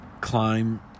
Climb